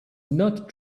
not